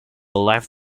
life